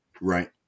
Right